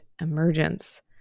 emergence